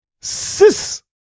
Sis